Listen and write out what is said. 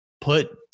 put